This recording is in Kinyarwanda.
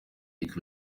lick